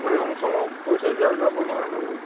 কিবা ৰং চঙো কৰি থৈ যোৱা যাব নহয় আপোনালোকে